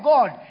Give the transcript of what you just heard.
God